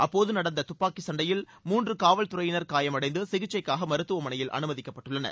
அப்போது நடந்த துப்பாக்கிச் சண்டையில் மூன்று காவல் துறையினர் காயமடைந்து மருத்துவமனையில் அமைதிக்கப்பட்டுள்ளனர்